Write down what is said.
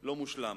לא מושלם.